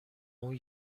اون